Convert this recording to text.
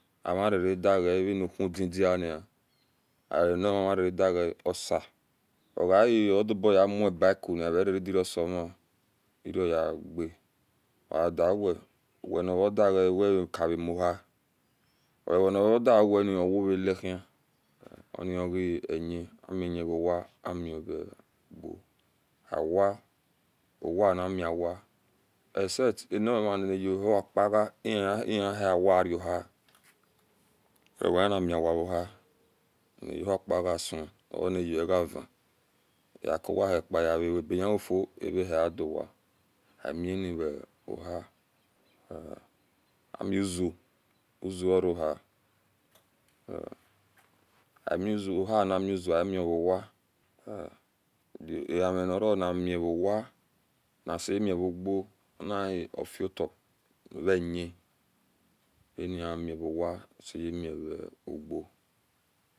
Amarere digae vino nudidan anima raredigae osiana oga e oduoboya mubakuni evere regi rioso-mai ireoyage ogadiguwe wenivediga wekavamuha onivodauwoni ooralihin oni oge yae amiyae gowa amiva awia owia animi awia exsat animio uoha pa ga ihie hiawia arohi owihinami awia rohia ni uohupaga soo oniyo evan agakuwin ahipa agareufo avahiadowa amini rohi amizoo uzio orohi ohia a nimi uzi o amiovowia ahiminiro nimira naseyemi uguo onie ofiota viya aniami gawa seya miuguo